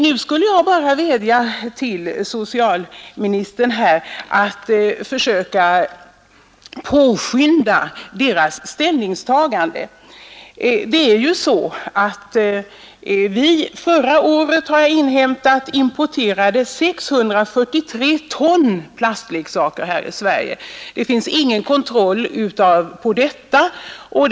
Nu skulle jag bara vilja vädja till socialministern att han försöker påskynda giftnämndens ställningstagande. Förra äret importerade vi, har jag inhämtat, 643 ton plastleksaker till Sverige. Det förekommer ingen kontroll av sådana.